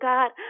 God